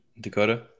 Dakota